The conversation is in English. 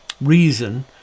reason